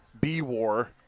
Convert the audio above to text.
B-War